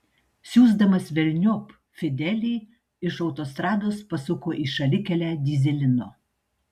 siųsdamas velniop fidelį iš autostrados pasuko į šalikelę dyzelino